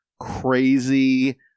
crazy